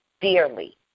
dearly